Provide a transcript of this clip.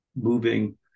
moving